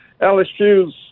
LSU's